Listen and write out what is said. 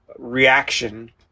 reaction